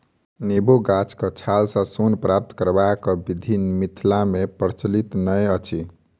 नेबो गाछक छालसँ सोन प्राप्त करबाक विधि मिथिला मे प्रचलित नै अछि